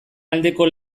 aldeko